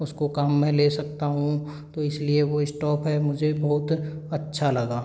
उसको काम में ले सकता हूँ तो इसलिए वो स्टॉव है मुझे बहुत अच्छा लगा